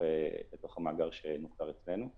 בתוך המאגר שנוצר אצלנו.